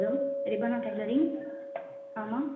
hello Rihana tailoring ஆமாம்